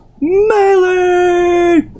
Melee